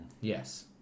Yes